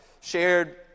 shared